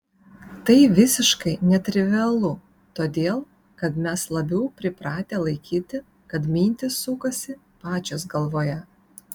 tai visiškai netrivialu todėl kad mes labiau pripratę laikyti kad mintys sukasi pačios galvoje